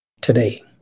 today